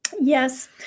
Yes